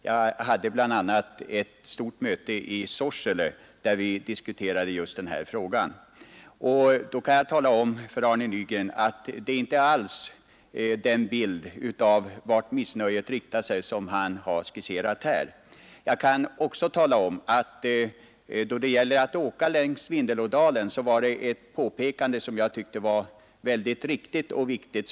Jag hade bl.a. ett stort möte i Sorsele där vi diskuterade just den här frågan, och jag kan tala om för Arne Nygren att den bild av åt vilket håll missnöjet riktar sig, som han berättat om, inte stämmer alls. Då det gäller att åka längs Vindelådalen kan jag också tala om, att man där uppe gjorde ett påpekande som jag tyckte var riktigt och viktigt.